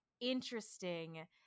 interesting